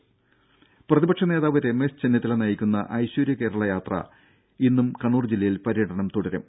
ദേദ പ്രതിപക്ഷ നേതാവ് രമേശ് ചെന്നിത്തല നയിക്കുന്ന ഐശ്വര്യ കേരള യാത്ര ഇന്നും കണ്ണൂർ ജില്ലയിൽ പര്യടനം തുടരും